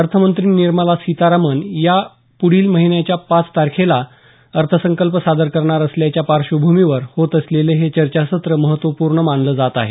अर्थमंत्री निर्मला सितारामन या पुढील महिन्याच्या पाच तारखेला अर्थसंकल्प सादर करणार असल्याच्या पार्श्वभूमीवर होत असलेले हे चर्चासत्र महत्वपूर्ण मानले जात आहे